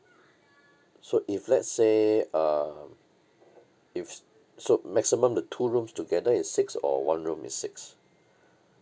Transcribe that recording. so if let's say um if it so maximum the two rooms together is six or one room is six